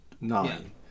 nine